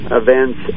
events